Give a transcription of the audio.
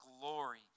glory